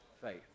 faith